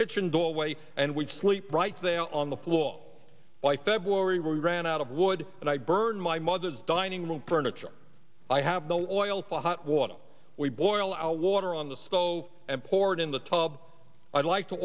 kitchen doorway and we'd sleep right there on the floor all by february we ran out of wood and i burned my mother's dining room furniture i have the oil for hot water we boil our water on the stove and poured in the tub i'd like to